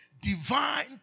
divine